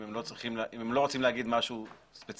אם הם לא רוצים להגיד משהו ספציפי.